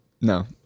No